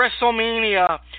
Wrestlemania